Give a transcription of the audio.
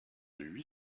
huit